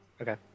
Okay